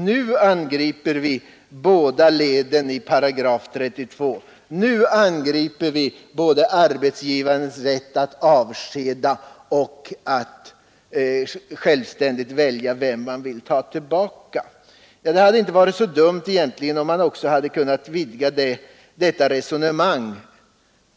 Nu angriper vi båda leden i § 32, nu angriper vi både arbetsgivarens rätt att avskeda och hans rätt att självständigt välja vem han vill ta tillbaka, så ungefär sade statsrådet Lidbom. Det hade inte varit så dumt om han också kunnat vidga detta resonemang